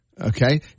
okay